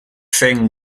sang